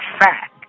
fact